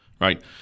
Right